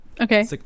Okay